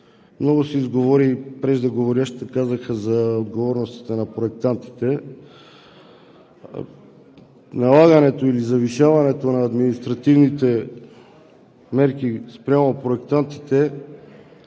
Много се изговори и преждеговорившите казаха за отговорностите на проектантите. Налагането или завишаването на административните мерки спрямо проектантите